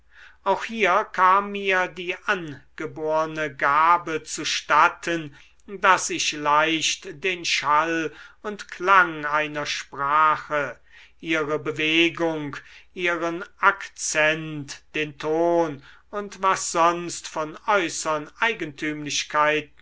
auch hier kam mir die angeborne gabe zustatten daß ich leicht den schall und klang einer sprache ihre bewegung ihren akzent den ton und was sonst von äußern